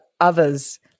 others